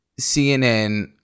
CNN